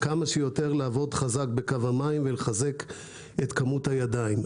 לעבוד כמה שיותר חזק בקו המים ולחזק את כמות הידיים.